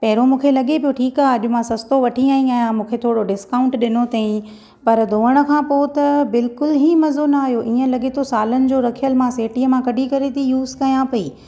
पहिरियों मूंखे लॻे पियो ठीकु आहे अॼु मां सस्तो वठी आई आहियां मूंखे थोरो डिस्काउंट ॾिनो अथईं पर धोअण खां पोइ त बिल्कुलु ई मज़ो न आयो हीअं लॻे पियो सालनि जो रखियलु मां सेटीअ मां कढी करे थी युस कयां पई